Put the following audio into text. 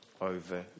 over